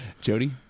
Jody